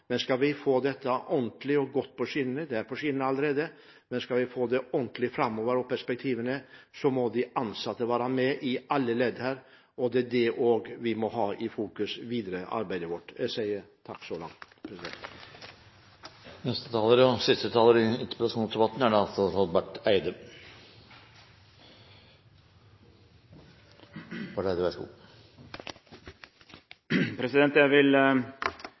men skal vi få dette ordentlig og godt på skinner framover – det er på skinner allerede – må de ansatte være med i alle ledd, og det er også det vi må fokusere på i det videre arbeidet vårt. Jeg sier takk så langt. Jeg vil begynne med å rose representanten Nordtun for å ha satt i gang en meget god debatt og takker for svært gode innspill. Det var veldig mange innspill som går i samme retning. Jeg